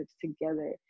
together